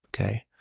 Okay